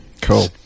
Cool